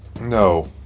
No